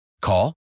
Call